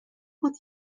بود